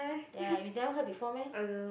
ya you never heard before meh